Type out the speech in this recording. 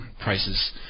prices